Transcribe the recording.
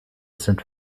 sind